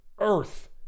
earth